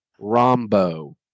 Rombo